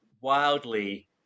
wildly